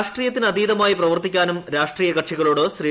രാഷ്ട്രീയത്തിന് അതീതമായി പ്രവർത്തിക്കാനും രാഷ്ട്രീയ കക്ഷികളോട് ശ്രീ